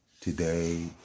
Today